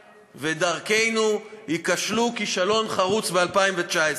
ו"דרכנו" ייכשלו כישלון חרוץ ב-2019.